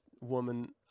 woman